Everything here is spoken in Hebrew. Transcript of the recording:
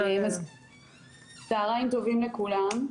צוהריים טובים לכולם.